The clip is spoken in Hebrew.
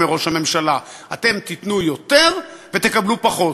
אומר ראש הממשלה: אתם תיתנו יותר ותקבלו פחות,